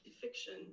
fiction